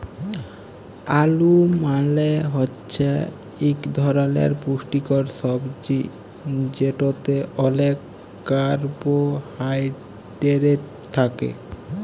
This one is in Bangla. আলু মালে হছে ইক ধরলের পুষ্টিকর ছবজি যেটতে অলেক কারবোহায়ডেরেট থ্যাকে